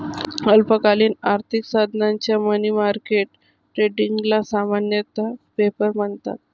अल्पकालीन आर्थिक साधनांच्या मनी मार्केट ट्रेडिंगला सामान्यतः पेपर म्हणतात